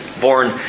born